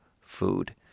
food